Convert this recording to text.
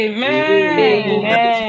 Amen